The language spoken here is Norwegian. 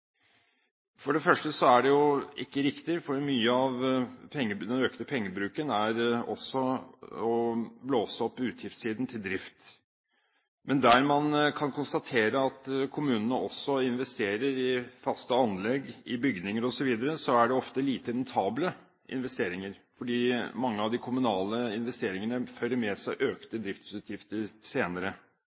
For det første er det jo ikke riktig, for mye av den økte pengebruken er at man blåser opp utgiftssiden hva gjelder drift. Men der kommunene investerer i faste anlegg, i bygninger osv., kan man konstatere at det ofte er lite rentable investeringer, fordi mange av de kommunale investeringene fører med seg økte driftsutgifter senere.